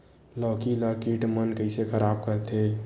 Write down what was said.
लौकी ला कीट मन कइसे खराब करथे?